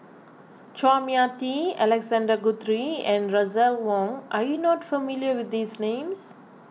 Chua Mia Tee Alexander Guthrie and Russel Wong are you not familiar with these names